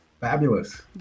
Fabulous